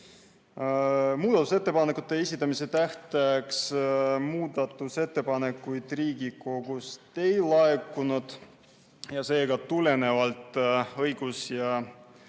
Muudatusettepanekute esitamise tähtajaks muudatusettepanekuid Riigikogust ei laekunud ja seega, tulenevalt õigus- ja